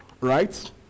right